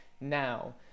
now